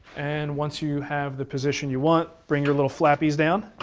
and once you have the position you want, bring your little flappies down.